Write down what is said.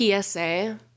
PSA